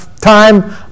time